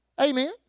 Amen